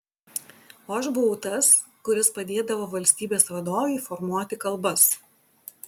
o aš buvau tas kuris padėdavo valstybės vadovei formuoti kalbas